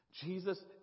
Jesus